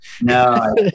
no